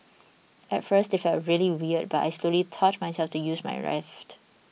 at first it felt really weird but I slowly taught myself to use my left